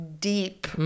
deep